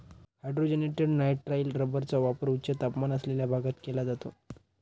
hydrogenated nitrile रबरचा वापर उच्च तापमान असलेल्या भागात केला जातो